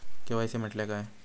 KYC म्हटल्या काय?